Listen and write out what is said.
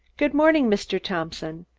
good morning, mr. thompson.